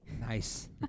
Nice